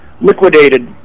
liquidated